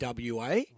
WA